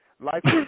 Life